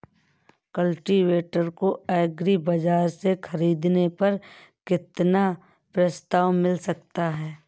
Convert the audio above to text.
Cultivator को agri बाजार से ख़रीदने पर कितना प्रस्ताव मिल सकता है?